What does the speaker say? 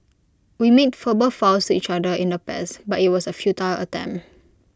we made verbal vows each other in the past but IT was A futile attempt